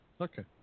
Okay